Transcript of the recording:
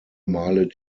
male